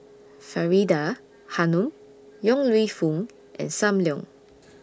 Faridah Hanum Yong Lew Foong and SAM Leong